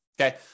Okay